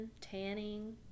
tanning